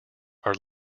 are